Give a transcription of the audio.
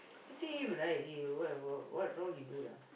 pity him right he w~ wh~ what wrong he do lah